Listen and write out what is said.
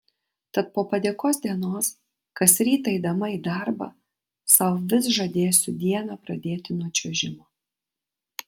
tad po padėkos dienos kas rytą eidama į darbą sau vis žadėsiu dieną pradėti nuo čiuožimo